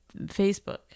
Facebook